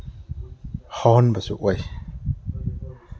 ꯍꯥꯎꯍꯟꯕꯁꯨ ꯑꯣꯏ